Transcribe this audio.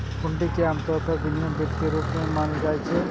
हुंडी कें आम तौर पर विनिमय बिल के रूप मे मानल जाइ छै